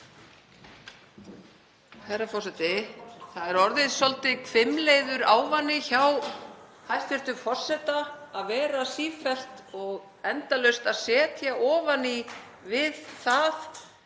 Það er orðinn svolítið hvimleiður ávani hjá hæstv. forseta að vera sífellt og endalaust að setja ofan í við það